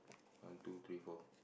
one two three four